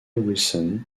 wilson